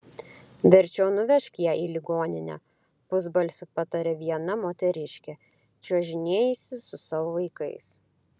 verčiau nuvežk ją į ligoninę pusbalsiu patarė viena moteriškė čiuožinėjusi su savo vaikais